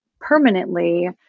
permanently